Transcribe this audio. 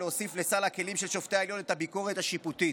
להוסיף לסל הכלים של שופטי העליון את הביקורת השיפוטית.